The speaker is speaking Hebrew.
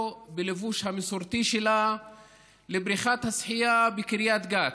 בלבוש המסורתי שלה לבריכת השחייה בקריית גת,